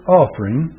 offering